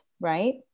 right